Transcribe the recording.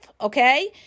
okay